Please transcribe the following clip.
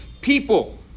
People